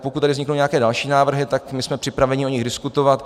Pokud vzniknou nějaké další návrhy, tak my jsme připraveni o nich diskutovat.